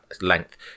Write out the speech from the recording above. length